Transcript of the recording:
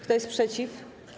Kto jest przeciw?